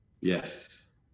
Yes